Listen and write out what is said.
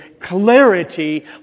clarity